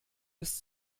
bis